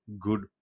good